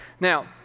Now